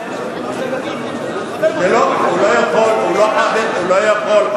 הוא לא יכול.